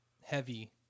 heavy